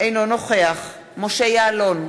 אינו נוכח משה יעלון,